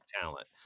talent